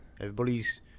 everybody's